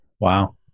Wow